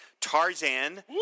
Tarzan